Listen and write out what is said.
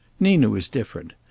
nina was different.